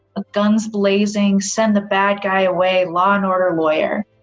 ah guns blazing, send the bad guy away, law and order lawyer.